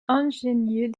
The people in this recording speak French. ingénieux